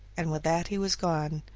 and with that he was gone.